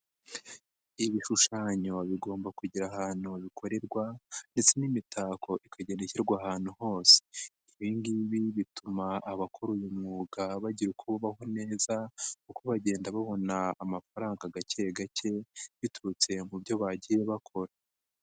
Ibishushanyo bigomba kugira ahantu bikorerwa ndetse n'imitako ikagenda ishyirwa ahantu hose. Ibi ngibi bituma abakora uyu mwuga bagira uko babaho neza kuko bagenda babona amafaranga gake gake, biturutse mu byo bagiye bakora.